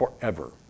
forever